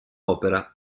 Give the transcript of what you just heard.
opera